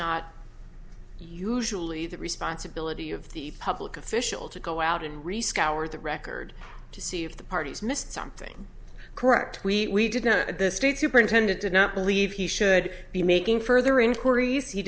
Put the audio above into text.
not usually the responsibility of the public official to go out and rescale our the record to see if the parties missed something correct we did know that the state superintendent did not believe he should be making further inquiries he